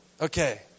Okay